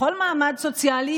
בכל מעמד סוציאלי,